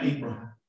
Abraham